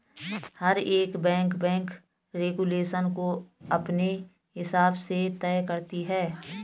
हर एक bank bank regulation को अपने हिसाब से तय करती है